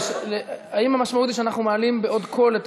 האם המשמעות היא שאנחנו מעלים בעוד קול?